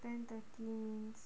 ten thirty